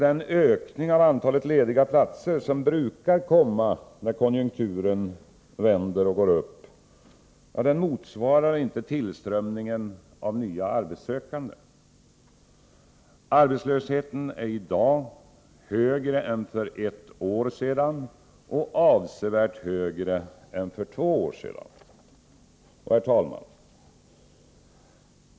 Den ökning av antalet lediga platser som brukar komma när konjunkturen vänder och går upp motsvarar inte tillströmningen av nya arbetssökande. Arbetslösheten är i dag högre än för ett år sedan och avsevärt högre än för två år sedan. Herr talman!